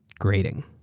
grading.